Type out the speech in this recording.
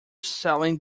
selling